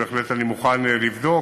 אני בהחלט מוכן לבדוק,